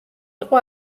იყო